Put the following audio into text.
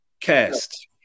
Cast